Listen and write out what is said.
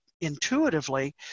intuitively